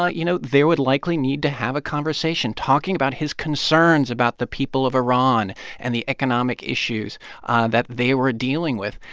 ah you know, there would likely need to have a conversation, talking about his concerns about the people of iran and the economic issues that they were dealing with.